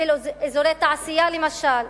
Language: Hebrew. בשביל אזורי תעשייה למשל,